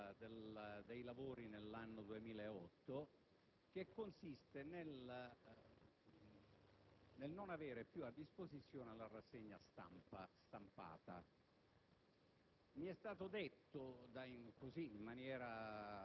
per la verità sgradita, alla ripresa dei lavori nell'anno 2008 che consiste nel non avere più a disposizione la rassegna stampa